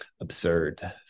absurd